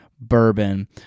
bourbon